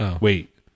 Wait